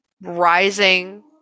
rising